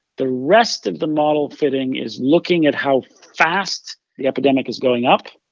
the rest of the model fitting is looking at how fast the epidemic is going up,